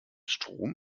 strom